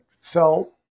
felt